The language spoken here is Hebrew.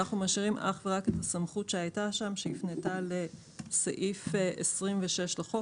אנחנו משאירים אך ורק את הסמכות שהפנתה לסעיף 26 לחוק,